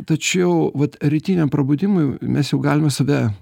tačiau vat rytiniam prabudimui mes jau galime save